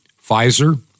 Pfizer